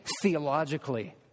theologically